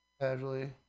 casually